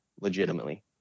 legitimately